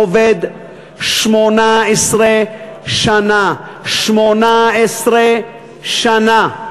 עובד שמונָה-עשרה שנה, שמונָה-עשרה שנה,